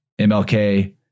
MLK